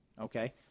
Okay